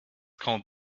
called